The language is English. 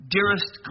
Dearest